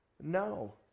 No